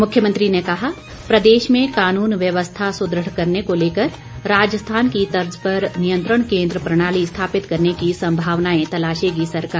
मुख्यमंत्री ने कहा प्रदेश में काूनन व्यवस्था सुदृढ़ करने को लेकर राजस्थान की तर्ज पर नियंत्रण केंद्र प्रणाली स्थापित करने की संभावनाएं तलाशेगी सरकार